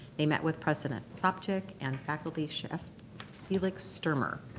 they met with president sopcich and faculty chef felix sturmer.